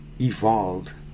evolved